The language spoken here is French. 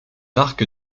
arc